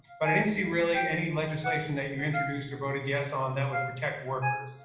but i didn't see really any legislation that you introduced or voted yes on that would protect workers.